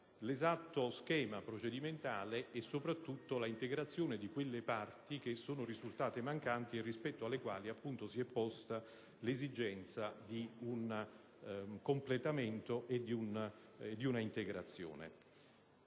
l'esatto schema procedimentale e soprattutto l'integrazione di quelle parti che sono risultate mancanti e rispetto alle quali, appunto, si è posta l'esigenza di un completamento e di un'integrazione.